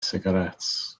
sigaréts